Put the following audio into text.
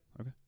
Okay